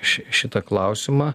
ši šitą klausimą